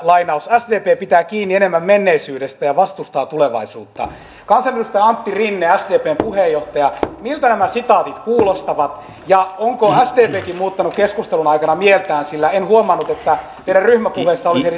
sdp pitää kiinni enemmän menneisyydestä ja vastustaa tulevaisuutta kansanedustaja antti rinne sdpn puheenjohtaja miltä nämä sitaatit kuulostavat onko sdpkin muuttanut keskustelun aikana mieltään sillä en huomannut että teidän ryhmäpuheessanne